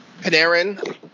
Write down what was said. Panarin